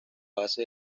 base